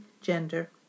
gender